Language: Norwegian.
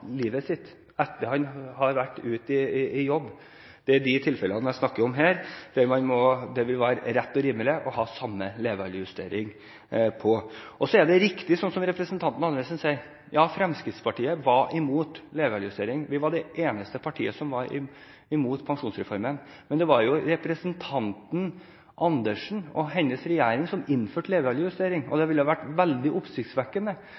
jobb. For disse vil det være rett og rimelig å ha den samme levealdersjusteringen. Det er riktig, som representanten Andersen sier: Fremskrittspartiet var imot levealdersjustering. Vi var det eneste partiet som var imot pensjonsreformen, men det var jo representanten Andersen og hennes regjering som innførte levealdersjustering, og det ville vært veldig oppsiktsvekkende